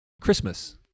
Christmas